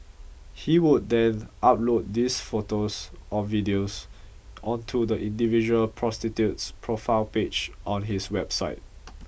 he would then upload these photos or videos onto the individual prostitute's profile page on his website